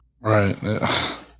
Right